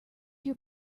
your